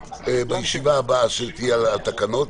בישיבה הבאה שתהיה על התקנות,